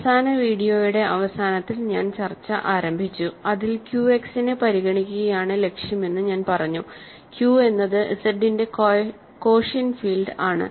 അവസാന വീഡിയോയുടെ അവസാനത്തിൽ ഞാൻ ചർച്ച ആരംഭിച്ചു അതിൽ QX നെ പരിഗണിക്കുകയാണ് ലക്ഷ്യമെന്ന് ഞാൻ പറഞ്ഞു Q എന്നത് Z ന്റെ കോഷ്യന്റ് ഫീൽഡ് ആണ്